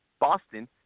Boston